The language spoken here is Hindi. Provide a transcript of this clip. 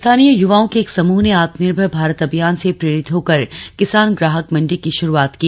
स्थानीय य्वाओं के एक समूह ने आत्मनिर्भर भारत अभियान से प्रेरित होकर किसान ग्राहक मंडी की श्रुआत की